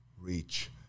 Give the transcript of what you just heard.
reach